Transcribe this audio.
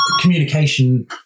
communication